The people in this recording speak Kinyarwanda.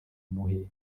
imuhe